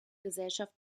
gesellschaft